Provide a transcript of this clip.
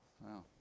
Wow